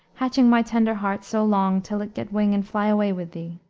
hatching my tender heart so long, till it get wing and fly away with thee,